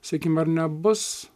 sakykim ar nebus